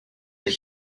that